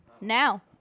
Now